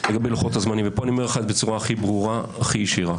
לגבי לוחות הזמנים ופה אני אומר לך את זה בצורה הכי ברורה והכי ישירה